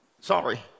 Sorry